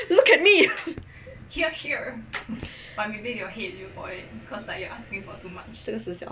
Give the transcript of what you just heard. look at me